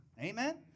Amen